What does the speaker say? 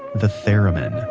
the theremin